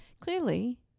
clearly